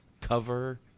Cover